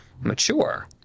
mature